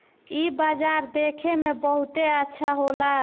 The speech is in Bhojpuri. इ बाजार देखे में बहुते अच्छा होला